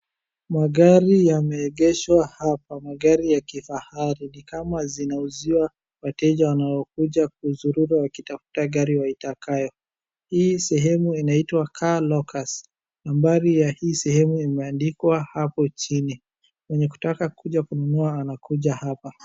Magari yameegeshwa hapa. Magari ya kifahari. Ni kama zinauziwa wateja wanaokuja kuzurura wakitafta gari waitakayo. Hii sehemu inaitwa Car Locus, nambari ya hii sehemu imeandikwa hapo chini. Mwenye kutaka kuja kununua anakuja hapa.